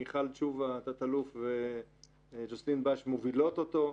תת אלוף מיכל תשובה וג'וסלין בש מובילות אותו.